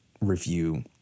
review